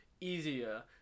easier